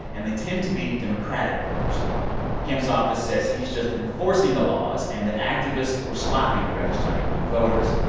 and they tend to be democratic voters kemp's office says he's just enforcing the laws and that activists were sloppy in registering new voters.